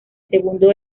segundo